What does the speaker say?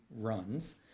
Runs